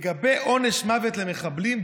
לגבי עונש מוות לחבלים,